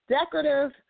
Decorative